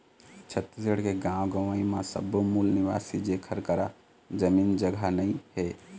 छत्तीसगढ़ के गाँव गंवई म सब्बो मूल निवासी जेखर करा जमीन जघा नइ हे